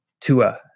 Tua